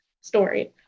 story